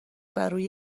برروی